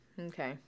Okay